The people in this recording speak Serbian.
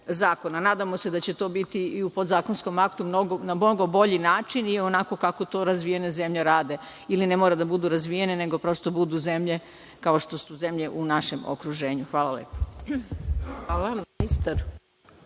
zakona. Nadamo se da će to biti u podzakonskom aktu na mnogo bolji način, onako kako to razvijene zemlje rade ili ne moraju da budu razvijene, nego prosto da budu zemlje kao što su zemlje u našem okruženju. Hvala. **Maja